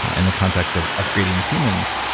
in the context of upgrading humans.